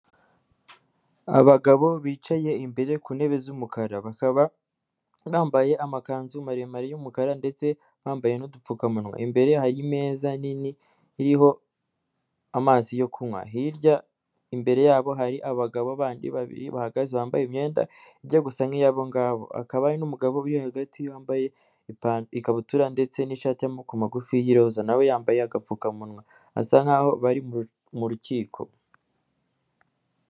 Abagabo bicaye imbere ku ntebe z'umukara bakaba bambaye amakanzu maremare y'umukara ndetse bambaye n'udupfukamunwa imbere y'ameza manini iriho amazi yo kunywa hirya imbere yabo hari abagabo bandi babiri bahagaze bambaye imyenda ijya gusa nk'iyabogabo akaba n'umugabo uri hagati wambaye ikabutura ndetse n'ishati y'amaboko magufi y'iroza nawe yambaye agapfukamunwa basa nkaho bari mu rukiko.